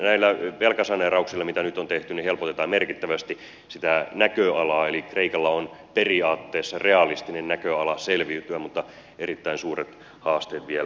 näillä velkasaneerauksilla mitä nyt on tehty helpotetaan merkittävästi sitä näköalaa eli kreikalla on periaatteessa realistinen näköala selviytyä mutta erittäin suuret haasteet vielä edessä